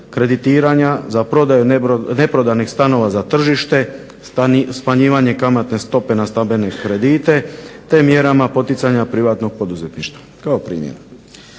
kreditiranja za prodaju neprodanih stanova za tržište, smanjivanje kamatne stope na stambene kredite te mjerama poticanja privatnog poduzetništva kao primjer.